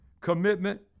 commitment